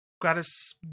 Gladys